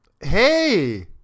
Hey